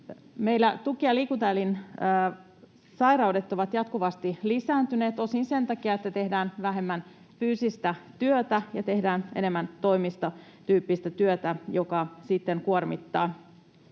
Meillä tuki- ja liikuntaelinsairaudet ovat jatkuvasti lisääntyneet, osin sen takia, että tehdään vähemmän fyysistä työtä ja tehdään enemmän toimistotyyppistä työtä, joka sitten